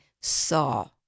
saw